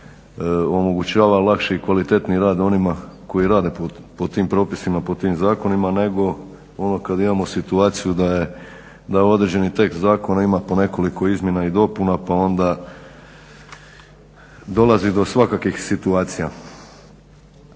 omogućava lakši i kvalitetniji rad onima koji rade po tim propisima, po tim zakonima nego ono kad imamo situaciju da određeni tekst zakona ima po nekoliko izmjena i dopuna pa onda dolazi do svakakvih situacija.